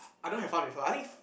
I don't have fun with her I think